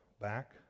back